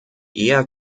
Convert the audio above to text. eher